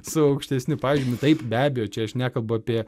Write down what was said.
su aukštesniu pažymiu taip be abejo čia aš nekalbu apie